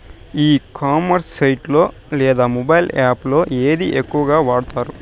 ఈ commerce site లో లేదా మొబైల్ యాప్ లో ఏది ఎక్కువగా వాడుతారు?